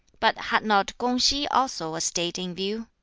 but had not kung-si also a state in view?